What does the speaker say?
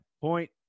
point